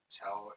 tell